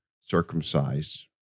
circumcised